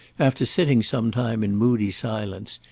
after sitting some time in moody silence,